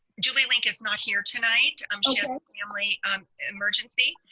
julie lenk is not here tonight, um so family um emergency.